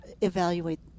Evaluate